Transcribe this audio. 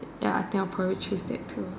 ya I think I'll probably choose that too